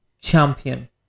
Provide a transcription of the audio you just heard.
champion